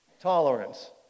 Tolerance